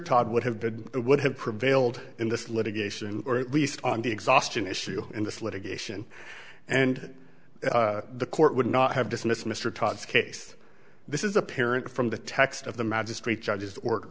todd would have been would have prevailed in this litigation or at least on the exhaustion issue in this litigation and the court would not have dismissed mr todd's case this is apparent from the text of the magistrate judge's or